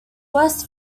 west